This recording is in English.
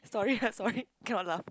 sorry ha sorry cannot laugh